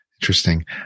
Interesting